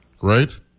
right